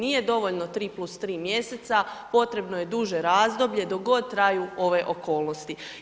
Nije dovoljno 3+3 mjeseca, potrebno je duže razdoblje, dok god traju ove okolnosti.